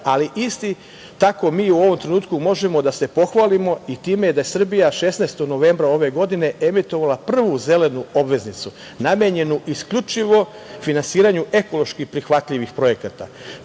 isto tako, mi u ovom trenutku možemo da se pohvalimo i time da je Srbija 16. novembra ove godine emitovala prvu zelenu obveznicu namenjenu isključivo finansiranju ekoloških prihvatljivih projekata.